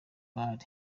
bar